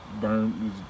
Burn